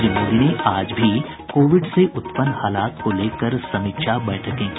श्री मोदी ने आज भी कोविड से उत्पन्न हालात को लेकर समीक्षा बैठकें की